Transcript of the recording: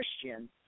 Christian